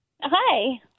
Hi